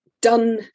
done